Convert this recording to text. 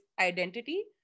identity